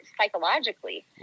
psychologically